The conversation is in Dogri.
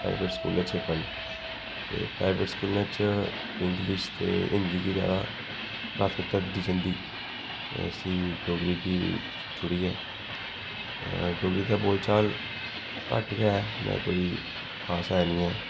प्राइवेट स्कूलै च गै पढ़न ते प्राइवेट स्कूलें च इंग्लिश ते हिंदी गै जादा प्राथमिकता दित्ती जंदी इसी डोगरी गी छुड़ियै डोगरी दा बोल चाल घट्ट गै इ'न्ना कोई खास ऐ निं ऐ